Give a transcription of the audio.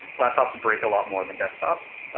laptops and break a lot more than desktops.